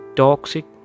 toxic